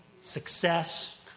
success